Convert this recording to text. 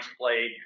played